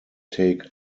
take